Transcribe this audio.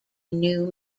new